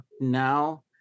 now